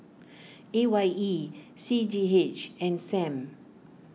A Y E C G H and Sam